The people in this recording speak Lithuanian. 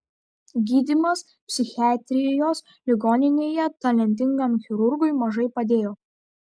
gydymas psichiatrijos ligoninėje talentingam chirurgui mažai padėjo